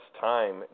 time